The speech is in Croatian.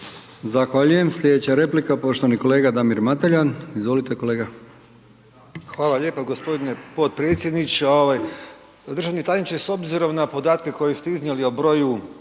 Zahvaljujem. Sljedeća replika, poštovani kolega Damir Mateljan. Izvolite kolega. **Mateljan, Damir (SDP)** Hvala lijepa g. potpredsjedniče. Državni tajniče, s obzirom na podatke koje ste iznijeli o broju